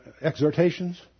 exhortations